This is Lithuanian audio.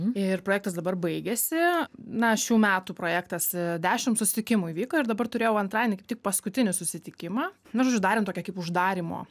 ir projektas dabar baigiasi na šių metų projektas dešim susitikimų įvyko ir dabar turėjau antradienį kaip tik paskutinį susitikimą nu žodžiu darėm tokią kaip uždarymo